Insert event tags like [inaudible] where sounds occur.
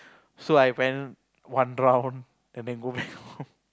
so I went one round and then [laughs] go back home